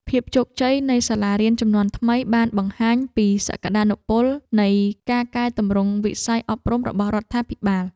ភាពជោគជ័យនៃសាលារៀនជំនាន់ថ្មីបានបង្ហាញពីសក្តានុពលនៃការកែទម្រង់វិស័យអប់រំរបស់រដ្ឋាភិបាល។